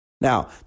Now